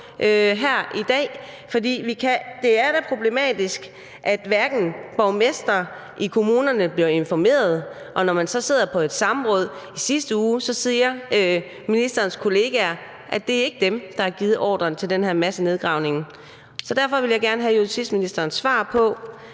her i dag? For det er da problematisk, at borgmestrene i kommunerne ikke bliver informeret, og når man så sidder i et samråd i sidste uge, siger ministerens kollegaer, at det ikke er dem, der har givet ordren til den her massenedgravning. Derfor vil jeg gerne have justitsministerens svar på,